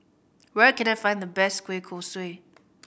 where can I find the best kueh kosui